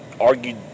argued